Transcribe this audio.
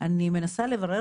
אני מנסה לברר,